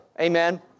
Amen